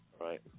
Right